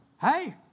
hey